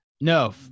no